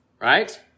right